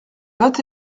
vingt